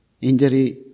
injury